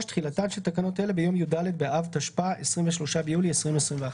תחילה תחילתן של תקנות אלה ביום י"ד באב התשפ"א (23 ביולי 2021)."